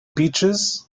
beaches